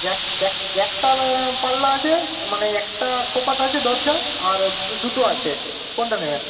একটা পাল্লা আছে মানে একটা কপাট আছে দরজা আর দুটো আছে কোনটা নেবেন